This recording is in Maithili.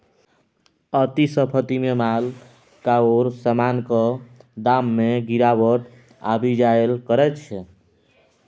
अति स्फीतीमे माल आओर समानक दाममे गिरावट आबि जाएल करैत छै